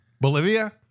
Bolivia